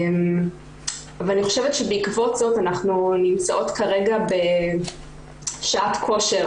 אבל אני חושבת שבעקבות זאת אנחנו נמצאות כרגע בשעת כושר